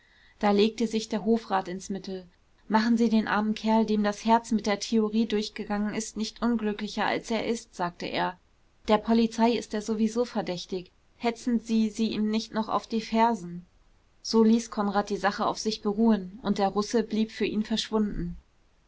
da legte sich der hofrat ins mittel machen sie den armen kerl dem das herz mit der theorie durchgegangen ist nicht unglücklicher als er ist sagte er der polizei ist er sowieso verdächtig hetzen sie sie ihm nicht noch auf die fersen so ließ konrad die sache auf sich beruhen und der russe blieb für ihn verschwunden